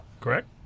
Correct